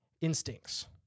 instincts